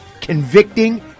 convicting